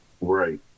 Right